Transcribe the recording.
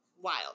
wild